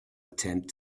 attempt